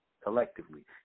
collectively